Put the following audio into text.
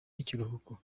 y’ikiruhuko